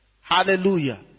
Hallelujah